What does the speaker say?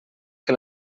que